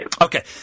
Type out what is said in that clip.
Okay